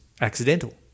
accidental